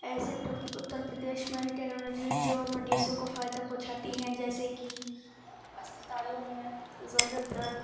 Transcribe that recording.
ایسے اترپردیش میں ٹیکنالوجیز جو مریضوں کو فائدہ پہنچاتی ہیں جیسے کہ اسپتالوں میں زیادہ تر